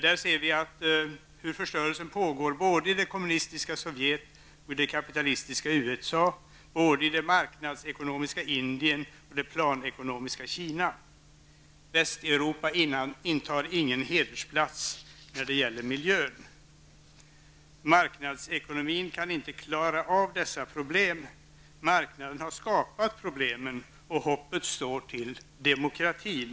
Där framgår hur förstörelsen pågår både i det kommunistiska Sovjet och det kapitalistiska USA och både i det marknadsekonomiska Indien och det planekonomiska Kina. Västeuropa intar ingen hedersplats när det gäller miljön. Marknadsekonomin kan inte klara av dessa problem. Marknaden har skapat problemen, och hoppet står till demokratin.